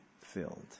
filled